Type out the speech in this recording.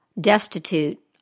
destitute